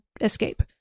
escape